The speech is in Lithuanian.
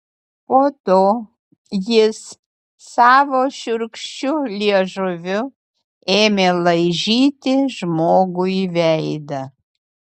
po to jis savo šiurkščiu liežuviu ėmė laižyti žmogui veidą